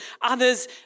others